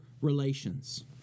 relations